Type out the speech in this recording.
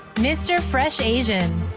mr fresh asian.